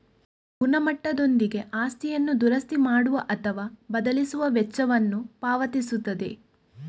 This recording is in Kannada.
ಗುಣಮಟ್ಟದೊಂದಿಗೆ ಆಸ್ತಿಯನ್ನು ದುರಸ್ತಿ ಮಾಡುವ ಅಥವಾ ಬದಲಿಸುವ ವೆಚ್ಚವನ್ನು ಪಾವತಿಸುತ್ತದೆ